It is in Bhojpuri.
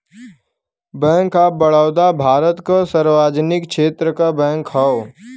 बैंक ऑफ बड़ौदा भारत क सार्वजनिक क्षेत्र क बैंक हौ